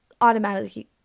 automatically